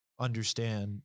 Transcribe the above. understand